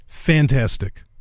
Fantastic